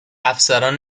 افسران